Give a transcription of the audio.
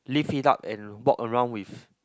leave it out and walk around with